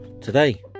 today